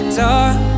dark